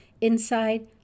Inside